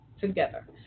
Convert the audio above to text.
together